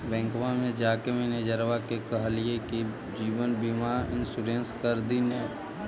बैंकवा मे जाके मैनेजरवा के कहलिऐ कि जिवनबिमा इंश्योरेंस कर दिन ने?